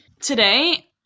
today